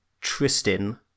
Tristan